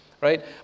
Right